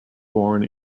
born